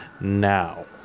now